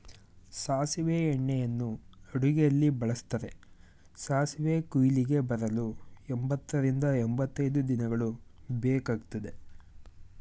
ಸಾಸಿವೆ ಎಣ್ಣೆಯನ್ನು ಅಡುಗೆಯಲ್ಲಿ ಬಳ್ಸತ್ತರೆ, ಸಾಸಿವೆ ಕುಯ್ಲಿಗೆ ಬರಲು ಎಂಬತ್ತರಿಂದ ಎಂಬತೈದು ದಿನಗಳು ಬೇಕಗ್ತದೆ